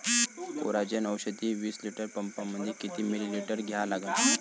Coragen औषध विस litre पंपामंदी किती मिलीमिटर घ्या लागन?